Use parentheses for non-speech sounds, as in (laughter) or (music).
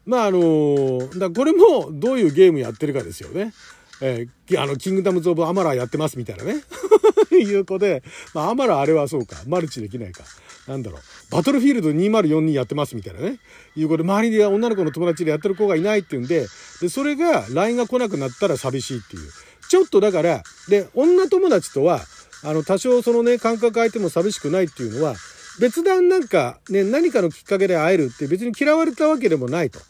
まああのー、だ、これもどういうゲームやってるかですよね。えー、あの、キングダムズ・オブ・アマラやってますみたいなね。 (laughs) いう子で、まあ、アマラあれはそうか。マルチできないか。なんだろう。バトルフィールド2042やってますみたいなね。いう子で、周りで女の子の友達でやってる子がいないっていうんで、で、それが、LINEが来なくなったら寂しいっていう。ちょっとだから、で、女友達とは、あの、多少そのね、間隔空いても寂しくないっていうのは、別段なんかね、何かのきっかけで会えるって別に嫌われたわけでもないと。